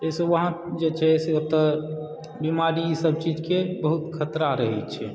जाहिसँ वहाँ जे छै से ओतय बीमारी ईसभ चीजकेँ बहुत खतरा रहैत छै